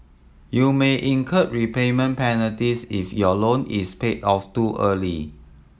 you may incur repayment penalties if your loan is paid off too early